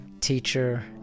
teacher